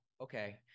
okay